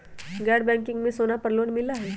गैर बैंकिंग में सोना पर लोन मिलहई?